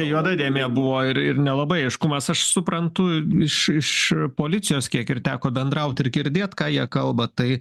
juoda dėmė buvo ir ir nelabai aiškumas aš suprantu iš iš policijos kiek ir teko bendraut ir girdėt ką jie kalba tai